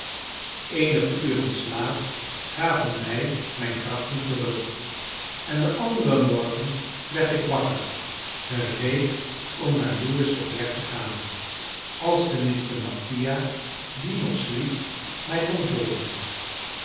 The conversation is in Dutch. eenige uren slaap gaven mij mijn krachten terug en den anderen morgen werd ik wakker gereed om naar lewes op weg te gaan als tenminste mattia die nog sliep mij kon volgen